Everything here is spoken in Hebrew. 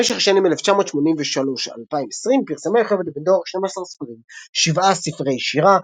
במשך השנים 1983–2020 פרסמה יוכבד בן-דור 12 ספרים 7 ספרי שירה,